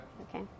Okay